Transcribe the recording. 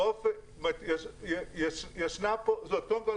קודם כול,